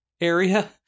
area